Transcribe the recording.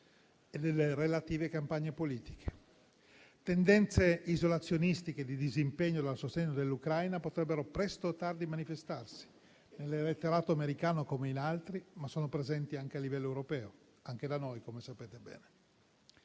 e le relative campagne politiche. Tendenze isolazionistiche di disimpegno dal sostegno dell'Ucraina potrebbero, presto o tardi, manifestarsi nell'elettorato americano, come in altri; ma sono presenti anche a livello europeo, come sapete bene.